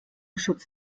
schutz